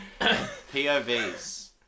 POV's